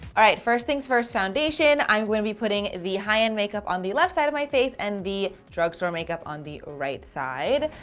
alright first things first foundation, i'm going to be putting the high-end makeup on the left side of my face and the drugstore makeup on the right side.